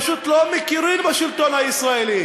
מכירים בשלטון הישראלי.